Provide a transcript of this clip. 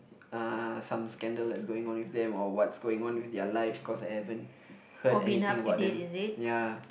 uh some scandal that's going on with them or what's going on with their life cause I haven't heard anything about them ya